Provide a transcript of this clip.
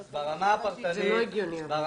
זה לא הגיוני אבל.